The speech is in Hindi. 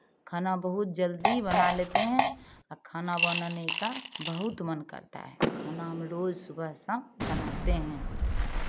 खाना बहुत जल्दी बना लेते हैं आ खाना बनाने का बहुत मन करता है खाना हम रोज सुबह शाम बनाते हैं